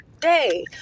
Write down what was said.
day